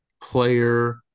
player